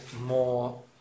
more